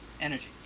energy